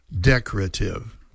decorative